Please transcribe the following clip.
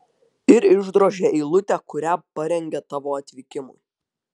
ir išdrožia eilutę kurią parengė tavo atvykimui